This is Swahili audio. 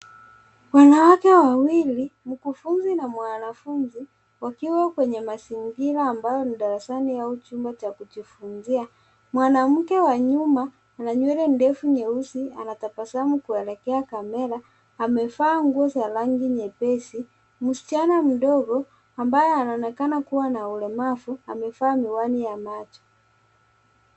Wanawake wawili mkufunzi na mwanafunzi wakiwa kwenye mazingira ambayo ni darasani au chumba cha kujifunzia. Mwanamke wa nyuma ana nywele ndefu nyeusi anatabasamu kuelekea kamera amevaa nguo za rangi nyepesi .Msichana mdogo ambaye anaonekana kuwa na ulemavu amevaa miwani ya macho.